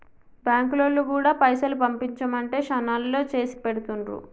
బాంకులోల్లు గూడా పైసలు పంపించుమంటే శనాల్లో చేసిపెడుతుండ్రు